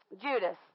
Judas